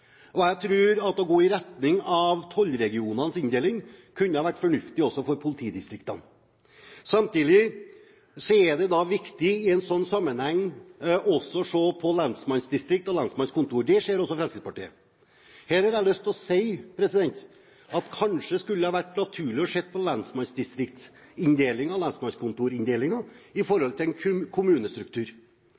Jeg tror at å gå i retning av tollregionenes inndeling kunne ha vært fornuftig også for politidistriktene. Samtidig er det viktig i en slik sammenheng også å se på lensmannsdistrikt og lensmannskontor; det ser også Fremskrittspartiet. Kanskje hadde det vært naturlig å se på lensmannsdistriktsinndelingen og lensmannskontorinndelingen i forhold til kommunestrukturen. Men da legger jeg vekt på at Fremskrittspartiet ønsker seg en kommunestruktur som sannsynligvis havner på